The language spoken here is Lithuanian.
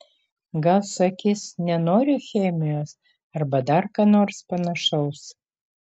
gal sakys nenoriu chemijos arba dar ką nors panašaus